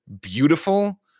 beautiful